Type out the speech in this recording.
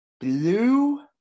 Blue